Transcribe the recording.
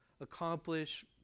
accomplish